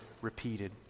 repeated